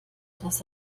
das